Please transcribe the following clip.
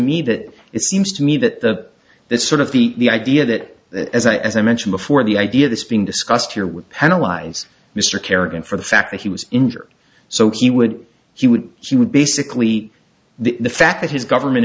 me that it seems to me that this sort of the idea that as i as i mentioned before the idea of this being discussed here would penalize mr kerrigan for the fact that he was injured so he would she would she would basically the fact that his government